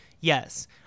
Yes